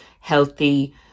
healthy